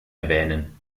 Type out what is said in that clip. erwähnen